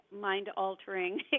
mind-altering